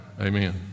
amen